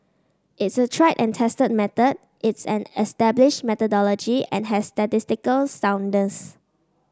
it's a tried and tested method it's an established methodology and has statistical soundness